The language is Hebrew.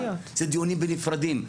זה דיונים נפרדים.